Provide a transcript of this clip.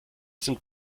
sind